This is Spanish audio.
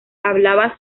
hablaba